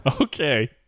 Okay